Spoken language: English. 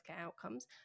outcomes